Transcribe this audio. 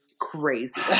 crazy